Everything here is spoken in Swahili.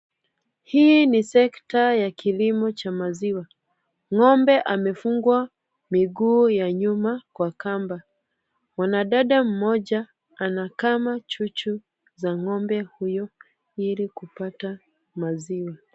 Hii ni sekta ya kilimo cha maziwa. Ng'ombe amefungwa miguu ya nyuma kwa kamba. Mwanadada mmoja anakama chuchu za ng'ombe huyo ili kupata maziwa.